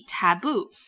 taboo